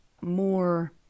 more